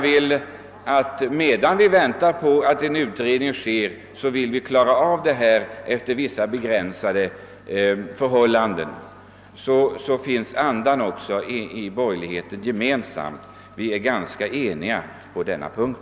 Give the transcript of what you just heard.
Folkpartiet har å sin sida begärt en utredning, medan vi i avvaktan på denna önskar reda upp förhållandena på vissa begränsade avsnitt. Vi är ganska eniga på denna punkt.